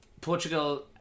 Portugal